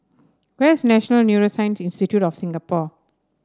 where is National Neuroscience Institute of Singapore